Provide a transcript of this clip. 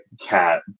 cat